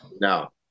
no